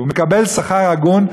מקבל שכר הגון,